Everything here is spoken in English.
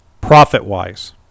Profit-wise